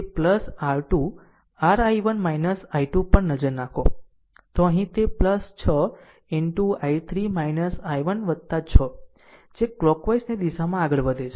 આમ જો તે R 2 r I1 I2 પર નજર નાખો તો અહીં તે 6 into I3 I1 6 છે જે કલોકવાઈઝ ની દિશામાં આગળ વધે છે